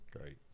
great